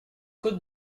côte